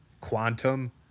quantum